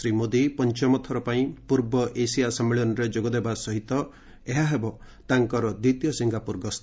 ଶ୍ରୀ ମୋଦି ପଞ୍ଚମଥର ପାଇଁ ପୂର୍ବ ଏସିଆ ସମ୍ମିଳନୀରେ ଯୋଗ ଦେବା ସହିତ ଏହା ତାଙ୍କର ଦ୍ୱିତୀୟ ସିଙ୍ଗାପ୍ରର ଗସ୍ତ